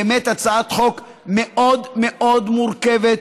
באמת הצעת חוק מאוד מאוד מורכבת,